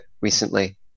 recently